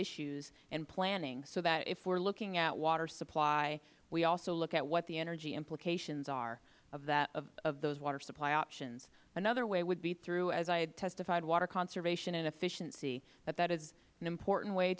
issues and planning so that if we are looking at water supply we also look at what the energy implications are of those water supply options another way would be through as i testified water conservation and efficiency that that is an important way